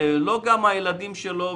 לא גם הילדים שלו,